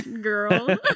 girl